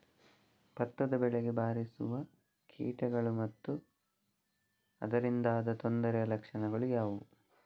ಭತ್ತದ ಬೆಳೆಗೆ ಬಾರಿಸುವ ಕೀಟಗಳು ಮತ್ತು ಅದರಿಂದಾದ ತೊಂದರೆಯ ಲಕ್ಷಣಗಳು ಯಾವುವು?